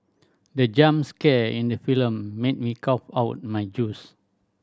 the jump scare in the film made me cough out my juice